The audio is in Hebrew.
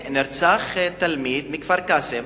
נרצח תלמיד מכפר-קאסם